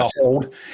hold